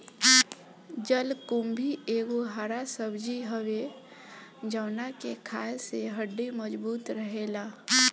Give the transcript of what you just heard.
जलकुम्भी एगो हरा सब्जी हवे जवना के खाए से हड्डी मबजूत रहेला